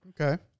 Okay